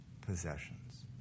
possessions